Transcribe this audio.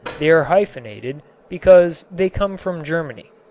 they are hyphenated because they come from germany.